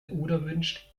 unerwünscht